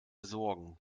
sorgen